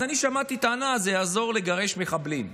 אז אני שמעתי טענה: זה יעזור לגרש מחבלים.